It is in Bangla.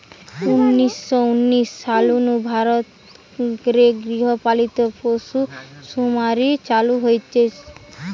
উনিশ শ উনিশ সাল নু ভারত রে গৃহ পালিত পশুসুমারি চালু হইচে